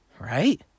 right